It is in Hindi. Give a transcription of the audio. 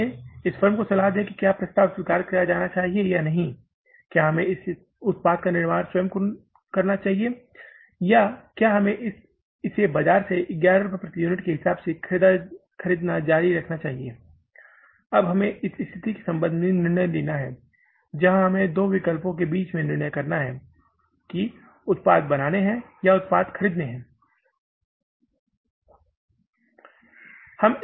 इसलिए इस फर्म को सलाह दें कि क्या प्रस्ताव स्वीकार किया जाना चाहिए या नहीं क्या हमें इस उत्पाद का निर्माण स्वयं शुरू करना चाहिए या क्या हमें इसे बाजार से 11 रुपए प्रति यूनिट के हिसाब से खरीदना जारी रखना चाहिए अब हमें इस स्थिति के संबंध में निर्णय लेना है जहां हमें दो विकल्प के बीच में निर्णय करना है कि उत्पाद बनाने है या उत्पाद खरीदने है